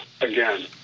again